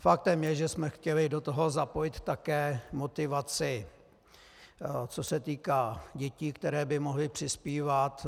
Faktem je, že jsme chtěli do toho zapojit také motivaci, co se týká dětí, které by mohly přispívat.